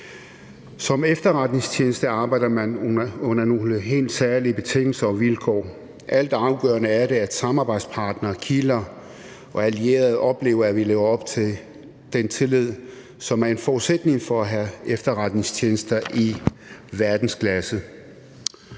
Som efterretningstjeneste arbejder man under nogle helt særlige betingelser og vilkår. Altafgørende er det, at samarbejdspartnere, kilder og allierede oplever, at vi lever op til den tillid, som er en forudsætning for at have efterretningstjenester i verdensklasse.